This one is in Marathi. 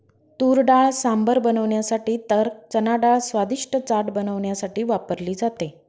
तुरडाळ सांबर बनवण्यासाठी तर चनाडाळ स्वादिष्ट चाट बनवण्यासाठी वापरली जाते